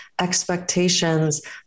expectations